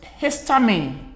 histamine